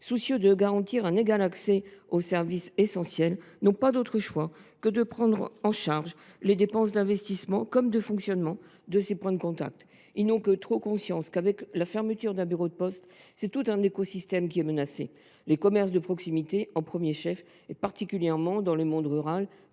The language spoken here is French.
soucieux de garantir un égal accès aux services essentiels, n’ont pas d’autre choix que de prendre en charge les dépenses d’investissement comme de fonctionnement de ces « points de contact ». Ils ne sont que trop conscients que, avec la fermeture d’un bureau de poste, c’est tout un écosystème qui est menacé, et avant tout les commerces de proximité, en particulier dans le monde rural